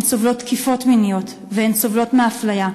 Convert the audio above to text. הן סובלות תקיפות מיניות והן סובלות מאפליה.